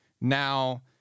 Now